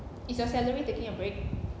is your salary taking a break